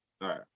right